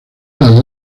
las